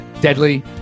Deadly